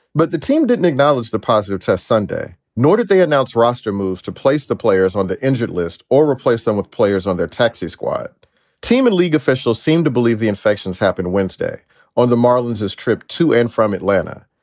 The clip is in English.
but the team didn't acknowledge the positive test sunday, nor did they announce roster moves to place the players on the injured list or replace them with players on their texas squad team. and league officials seem to believe the infections happened wednesday on the marlins trip to and from atlanta.